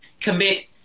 commit